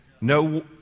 No